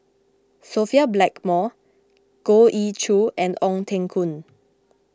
Sophia Blackmore Goh Ee Choo and Ong Teng Koon